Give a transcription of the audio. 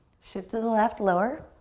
shift to the left, lower.